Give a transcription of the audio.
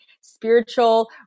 spiritual